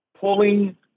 Pulling